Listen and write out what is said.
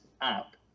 up